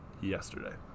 yesterday